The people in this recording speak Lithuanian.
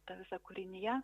ta visa kūrinija